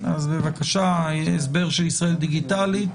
אז בבקשה, ההסבר של “ישראל דיגיטלית”.